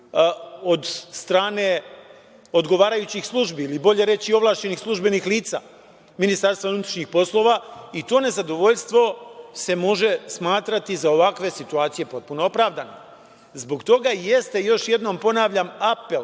od strane odgovarajućih službi ili bolje reći ovlašćenih službenih lica Ministarstva unutrašnjih poslova i to nezadovoljstvo se može smatrati za ovakve situacije potpuno opravdano. Zbog toga i jeste, još jednom ponavljam, apel